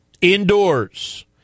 indoors